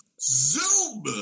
zoom